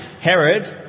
Herod